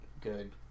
good